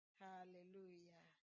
hallelujah